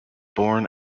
born